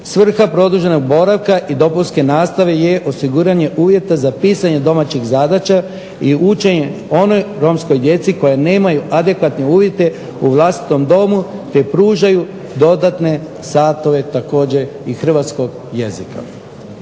Svrha produženog boravka i dopunske nastave je osiguranje uvjeta za pisanje domaćih zadaća i učenje onoj romskoj djeci koja nemaju adekvatne uvide u vlastitom domu gdje pružaju dodatne satove također i hrvatskog jezika.